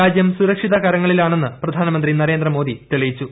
രാജ്യം സുരക്ഷിത കരങ്ങളിലാണെന്ന് പ്രധാനമന്ത്രി നരേന്ദ്രമോദി തെളിയിച്ചു